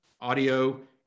audio